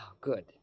good